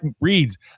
reads